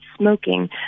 smoking